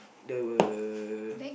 there were